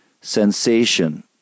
sensation